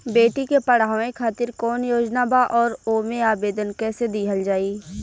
बेटी के पढ़ावें खातिर कौन योजना बा और ओ मे आवेदन कैसे दिहल जायी?